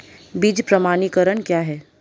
बीज प्रमाणीकरण क्या है?